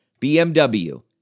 BMW